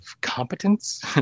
competence